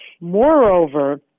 Moreover